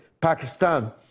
Pakistan